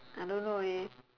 I don't know eh